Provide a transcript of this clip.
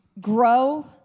grow